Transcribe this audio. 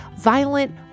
violent